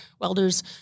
welders